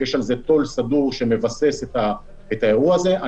יש על זה תו"ל סדור שמבסס את האירוע הזה.